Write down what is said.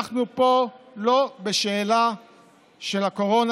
אנחנו פה לא בשאלה של הקורונה,